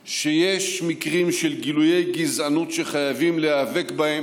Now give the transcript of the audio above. שיש מקרים של גילויי גזענות שחייבים להיאבק בהם